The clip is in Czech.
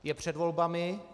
Je před volbami.